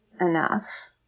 enough